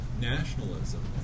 nationalism